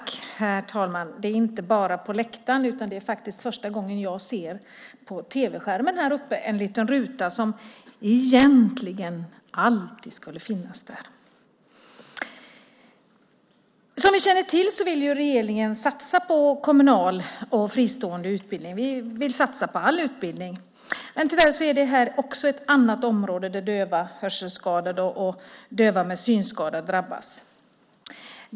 Herr talman! Det är inte bara på läktaren som vi har teckentolk, utan det är faktiskt första gången som jag på tv-skärmen ser en liten ruta med en teckentolk som egentligen alltid skulle finnas där. Som vi känner till vill regeringen satsa på kommunal och fristående utbildning. Vi vill satsa på all utbildning. Men tyvärr är detta också ett annat område där döva, hörselskadade och döva med synskada drabbas.